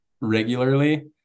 regularly